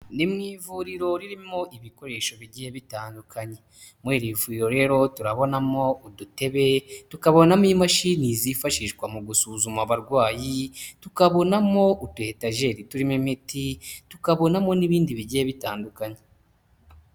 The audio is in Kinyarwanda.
Ni mu ivuriro ririmo ibikoresho bigiye bitandukanye, muri iri vuriro rero turabonamo udutebe, tukabonamo imashini zifashishwa mu gusuzuma abarwayi, tukabonamo utuyetajeri turimo imiti, tukabonamo n'ibindi bigiye bitandukanye.